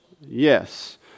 Yes